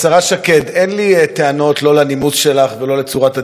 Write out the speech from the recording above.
אין לי טענות לא לנימוס שלך ולא לצורת הדיבור שלך.